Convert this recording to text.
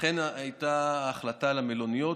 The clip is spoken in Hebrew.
לכן הייתה ההחלטה על המלוניות,